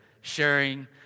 sharing